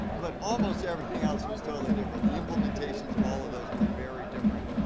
but almost everything else was totally different. the implementations of all of those were very different.